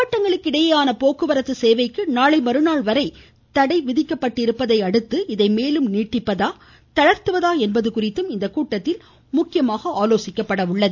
மாவட்டங்களுக்கிடையேயான போக்குவரத்து சேவைக்கு நாளை மறுநாள் வரை தடை விதிக்கப்பட்டிருப்பதையடுத்து இதை மேலும் நீட்டிப்பதா தளர்த்துவதா என்பது குறித்தும் இக்கூட்டத்தில் முக்கியமாக ஆலோசிக்கப்படும் என தெரிகிறது